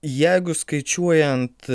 jeigu skaičiuojant